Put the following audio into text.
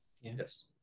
Yes